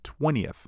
20th